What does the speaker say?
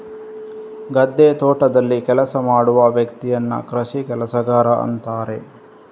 ಗದ್ದೆ, ತೋಟದಲ್ಲಿ ಕೆಲಸ ಮಾಡುವ ವ್ಯಕ್ತಿಯನ್ನ ಕೃಷಿ ಕೆಲಸಗಾರ ಅಂತಾರೆ